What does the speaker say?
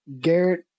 Garrett